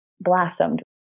blossomed